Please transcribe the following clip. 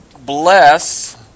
bless